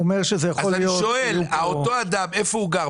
אז אני שואל, אותו אדם, איפה הוא גר?